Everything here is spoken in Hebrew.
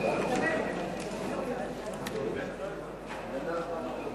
מוץ, חבר הכנסת זאב, אני מבקש ממך.